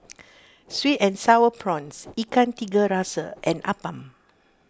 Sweet and Sour Prawns Ikan Tiga Rasa and Appam